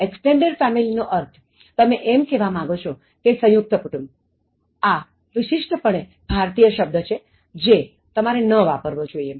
extended family નો અર્થં તમે એમ કહેવા માગો છો કે સંયુક્ત કુટુંબ એ વિશિષ્ટપણે ભારતીય શબ્દ છે જે તમારે ન વાપરવો જોઇએ